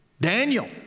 Daniel